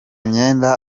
myenda